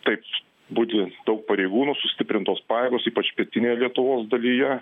taip budi daug pareigūnų sustiprintos pajėgos ypač pietinėje lietuvos dalyje